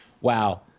wow